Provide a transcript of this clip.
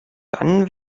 dann